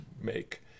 make